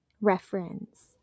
reference